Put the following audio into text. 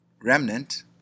remnant